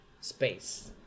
space